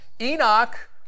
Enoch